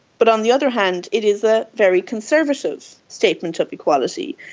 but on the other hand it is a very conservative statement of equality.